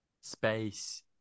space